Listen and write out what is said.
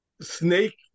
Snake